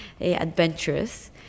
adventurous